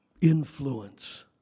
influence